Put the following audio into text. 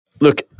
look